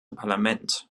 parlament